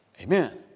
Amen